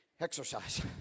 exercise